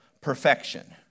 perfection